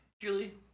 Julie